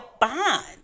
bond